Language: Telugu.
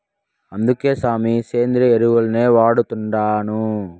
అందుకే సామీ, సేంద్రియ ఎరువుల్నే వాడతండాను